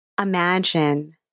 Imagine